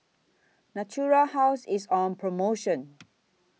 Natura House IS on promotion